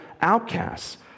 outcasts